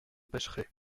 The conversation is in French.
pêcherai